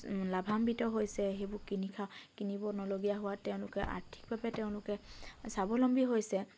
লাভাম্বিত হৈছে সেইবোৰ কিনি খা কিনিব নলগীয়া হোৱাত তেওঁলোকে আৰ্থিকভাৱে তেওঁলোকে স্বাৱলম্বী হৈছে